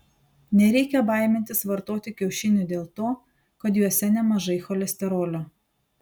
nereikia baimintis vartoti kiaušinių dėl to kad juose nemažai cholesterolio